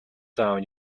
down